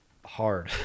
hard